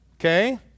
okay